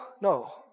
no